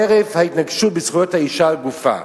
חרף ההתנגשות עם זכויות האשה על גופה.